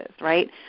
right